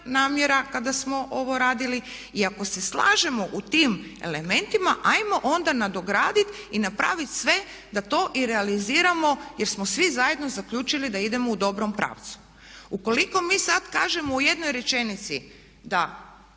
kada smo ovo radili i ako se slažemo u tim elementima ajmo onda nadograditi i napraviti sve da to i realiziramo jer smo svi zajedno zaključili da idemo u dobrom pravcu. Ukoliko mi sad kažemo u jednoj rečenici da